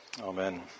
Amen